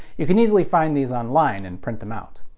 you can easily find these online and print them out.